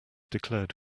declared